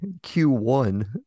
Q1